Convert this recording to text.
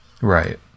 Right